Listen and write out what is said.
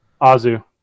Azu